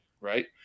right